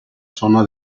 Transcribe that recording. zona